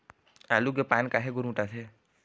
आलू के पान काहे गुरमुटाथे?